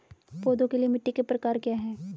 पौधों के लिए मिट्टी के प्रकार क्या हैं?